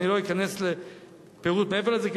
ואני לא אכנס לפירוט מעבר לזה,